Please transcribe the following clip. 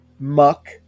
muck